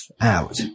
out